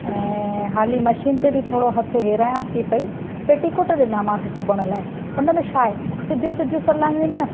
ऐं हाली मशीन ते बि थोरो हथु हेरियांसि थी पेई पेटिकोट ॾिञामासि सिबण लाइ हुन में छा आहे सिधियूं सिधियूं सिलायूं आहिनि न